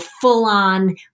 full-on